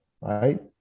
right